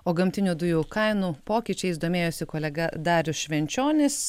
o gamtinių dujų kainų pokyčiais domėjosi kolega darius švenčionis